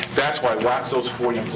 that's why, watch those forty